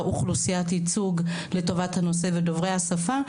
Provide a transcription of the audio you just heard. אוכלוסיית ייצוג לטובת הנושא ודוברי השפה,